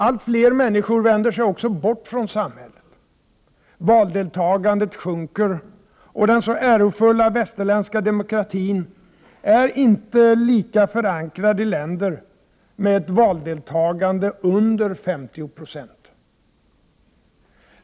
Allt fler människor vänder sig också bort från samhället. Valdeltagandet sjunker, och den så ärofulla västerländska demokratin är inte lika förankrad i länder med ett valdeltagande under 50 960.